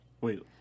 Wait